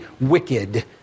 wicked